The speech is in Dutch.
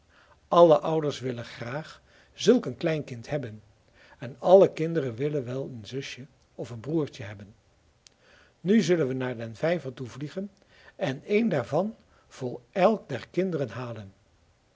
alle ouders willen graag zulk een klein kind hebben en alle kinderen willen wel een zusje of een broertje hebben nu zullen we naar den vijver toe vliegen en een daarvan voor elk der kinderen halen